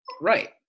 right